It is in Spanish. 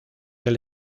del